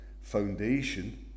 foundation